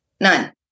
None